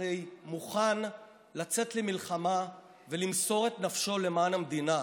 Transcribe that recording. הרי מוכן לצאת למלחמה ולמסור את נפשו למען המדינה.